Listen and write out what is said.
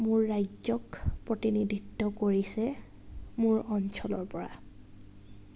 মোৰ ৰাজ্যক প্ৰতিনিধিত্ব কৰিছে মোৰ অঞ্চলৰ পৰা